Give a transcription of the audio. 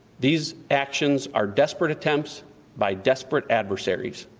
these actions are desperate attempts by desperate adversaries.